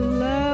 love